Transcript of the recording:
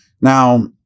Now